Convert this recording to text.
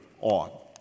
on